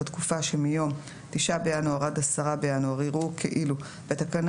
בתקופה שמיום 9 בינואר 2022 עד 10 בינואר 2022 ייראו כאילו ׁ(1) בתקנה